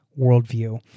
worldview